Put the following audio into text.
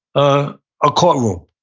a a court